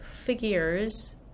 figures